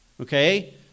Okay